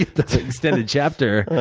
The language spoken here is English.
the the extended chapter. oh,